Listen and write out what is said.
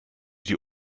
die